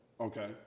Okay